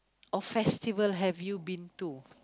or festival have you been to